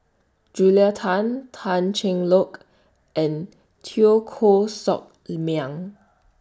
Julia Tan Tan Cheng Lock and Teo Koh Sock Miang